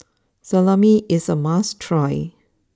Salami is a must try